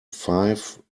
five